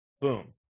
Boom